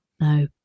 No